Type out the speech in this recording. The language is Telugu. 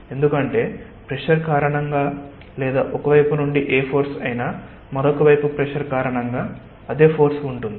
ఎందుకంటే ప్రెషర్ కారణంగా లేదా ఒక వైపు నుండి ఏ ఫోర్స్ అయినా మరొక వైపు ప్రెషర్ కారణంగా అదే ఫోర్స్ ఉంటుంది